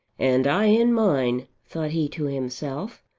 and i in mine, thought he to himself,